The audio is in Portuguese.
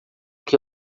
que